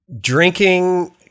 drinking